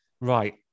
Right